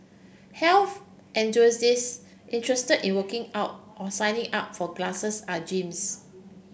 health enthusiasts interested in working out or signing up for classes are gyms